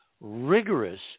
rigorous